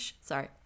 Sorry